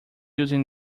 using